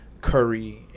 Curry